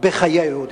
בחיי היהודים?